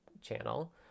channel